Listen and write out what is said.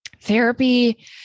Therapy